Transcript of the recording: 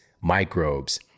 microbes